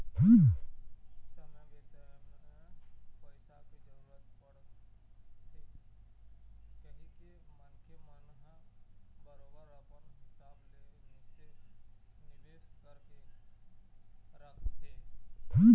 समे बेसमय पइसा के जरूरत परथे कहिके मनखे मन ह बरोबर अपन हिसाब ले निवेश करके रखथे